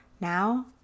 Now